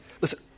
listen